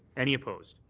any opposed?